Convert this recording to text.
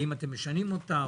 האם אתם משנים אותה,